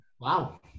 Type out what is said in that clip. wow